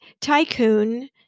tycoon